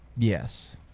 Yes